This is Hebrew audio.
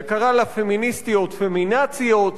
שקרא לפמיניסטיות "פמינאציות".